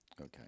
Okay